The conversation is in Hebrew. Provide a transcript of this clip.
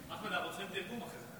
אחמד, אנחנו רוצים תרגום אחר כך.